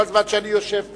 כל זמן שאני יושב פה,